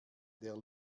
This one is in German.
der